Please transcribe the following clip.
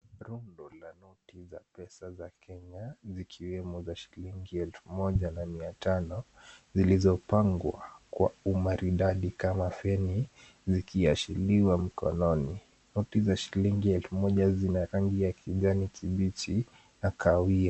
Rundo la noti za pesa za Kenya zikiwemo za shilingi elfu moja na mia tano zilizopangwa kwa umaridadi kama feni zikiashiriwa mkononi.